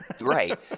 Right